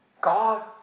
God